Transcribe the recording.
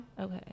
Okay